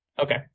Okay